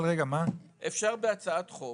אפשר בהצעת חוק